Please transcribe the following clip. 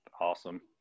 Awesome